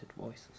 voices